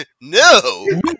No